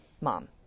Mom